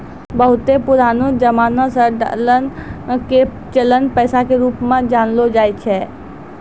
बहुते पुरानो जमाना से डालर के चलन पैसा के रुप मे जानलो जाय छै